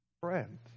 Friend